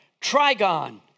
trigon